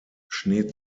schnee